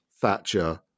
Thatcher